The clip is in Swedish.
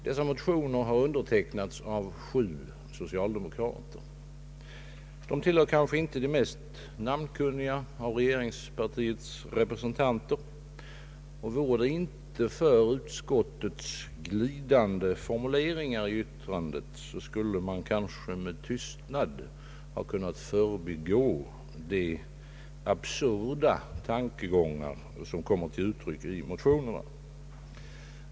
Dessa motioner har undertecknats av sju socialdemokrater. De tillhör måhända inte de mest namnkunniga av regeringspartiets representanter, och vore det inte för utskottets glidande formuleringar i yttrandet, kunde man kanske med tystnad helt ha förbigått de absurda tankegångar som kommer till uttryck i motionerna.